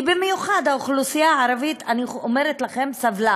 כי במיוחד האוכלוסייה הערבית, אני אומרת לכם, סבלה